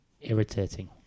irritating